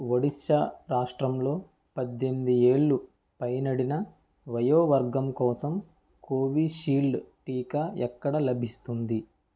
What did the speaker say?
ఒడిషా రాష్ట్రంలో పద్దెనిమిది ఏళ్లు పైనడిన వయోవర్గం కోసం కోవిషీల్డ్ టీకా ఎక్కడ లభిస్తుంది